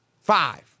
five